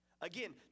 Again